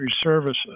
services